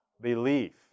Belief